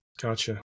Gotcha